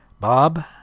Bob